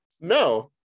No